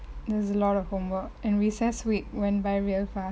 there's a lot of homework and recess week went by real fast